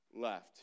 left